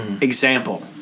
example